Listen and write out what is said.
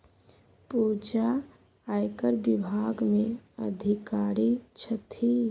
पूजा आयकर विभाग मे अधिकारी छथि